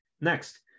Next